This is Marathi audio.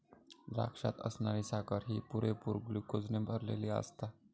द्राक्षात असणारी साखर ही पुरेपूर ग्लुकोजने भरलली आसता